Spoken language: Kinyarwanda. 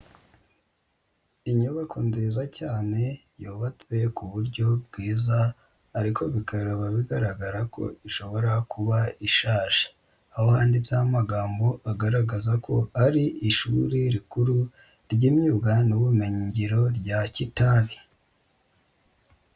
Inyubako nziza cyane yubatse ku buryo bwiza ariko bikaba bigaragara ko ishobora kuba ishaje, aho handitseho amagambo agaragaza ko ari ishuri rikuru ry'imyuga n'ubumenyigiro rya Kitabi.